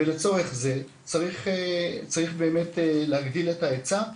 לצורך זה, צריך באמת להגדיל את ההיצע,